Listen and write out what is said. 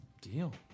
Deal